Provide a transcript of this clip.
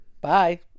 Bye